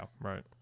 right